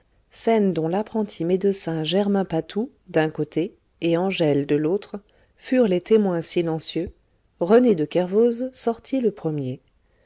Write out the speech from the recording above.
scène dont l'apprenti médecin germain patou d'un côté et angèle de l'autre furent les témoins silencieux rené de kervoz sortit le premier